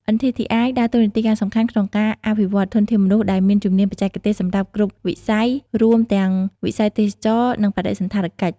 NTTI ដើរតួនាទីយ៉ាងសំខាន់ក្នុងការអភិវឌ្ឍធនធានមនុស្សដែលមានជំនាញបច្ចេកទេសសម្រាប់គ្រប់វិស័យ រួមទាំងវិស័យទេសចរណ៍ និងបដិសណ្ឋារកិច្ច។